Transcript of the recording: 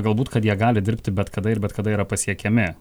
galbūt kad jie gali dirbti bet kada ir bet kada yra pasiekiami